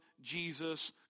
Jesus